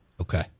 Okay